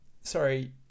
Sorry